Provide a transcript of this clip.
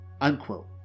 Unquote